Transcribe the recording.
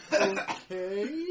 okay